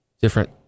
different